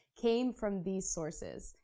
came from these sources.